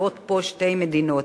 מתעצבות פה שתי מדינות: